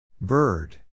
Bird